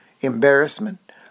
embarrassment